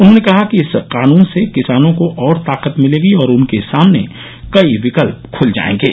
उन्होंने कहा कि इस कानून से किसानों को और ताकत मिलेगी और उनके सामने कई विकल्प ख्ल जाएंगे